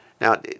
Now